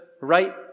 right